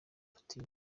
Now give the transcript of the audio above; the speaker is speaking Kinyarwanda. putin